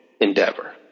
endeavor